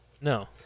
No